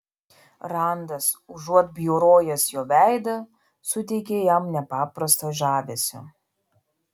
randas užuot bjaurojęs jo veidą suteikė jam nepaprasto žavesio